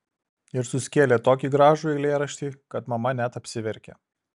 ir suskėlė tokį gražų eilėraštį kad mama net apsiverkė